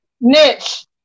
Niche